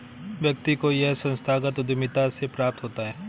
व्यक्ति को यह संस्थागत उद्धमिता से प्राप्त होता है